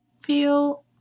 Feel